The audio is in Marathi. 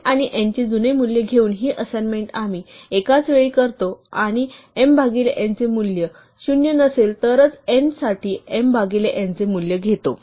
m साठी n चे जुने मूल्य घेऊन ही असाइनमेंट आम्ही एकाच वेळी करतो आणि m भागिले n चे मूल्य 0 नसेल तरच n साठी m भागिले n चे मूल्य घेतो